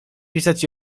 pisać